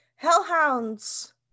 Hellhounds